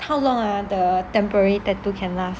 how long ah the temporary tattoo can last